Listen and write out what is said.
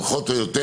פחות או יותר,